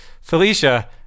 Felicia